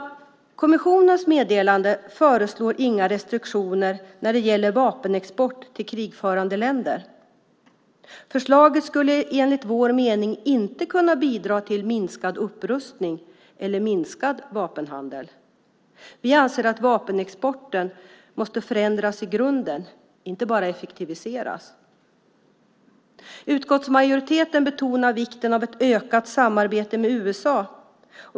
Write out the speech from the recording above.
I kommissionens meddelande föreslås inga restriktioner när det gäller vapenexport till krigförande länder. Förslaget skulle enligt vår mening inte kunna bidra till minskad upprustning eller minskad vapenhandel. Vi anser att vapenexporten måste förändras i grunden, inte bara effektiviseras. Utskottsmajoriteten betonar vikten av ett ökat samarbete med USA.